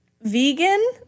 vegan